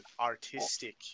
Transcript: artistic